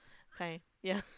fine yeah